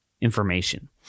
information